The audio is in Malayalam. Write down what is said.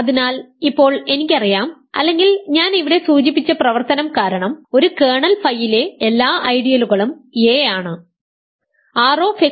അതിനാൽ ഇപ്പോൾ എനിക്കറിയാം അല്ലെങ്കിൽ ഞാൻ ഇവിടെ സൂചിപ്പിച്ച പ്രവർത്തനം കാരണം ഒരു കേർണൽ ഫൈയിലെ എല്ലാ ഐഡിയലുകളും a ആണ്